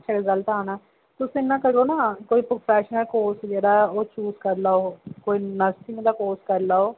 ते तुस इंया करो ना कोई प्रोफैशनल कोर्स करी लैओ कोई नर्सिंग दा कोर्स करी लैओ